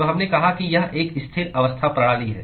तो हमने कहा कि यह एक स्थिर अवस्था प्रणाली है